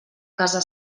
casa